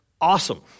awesome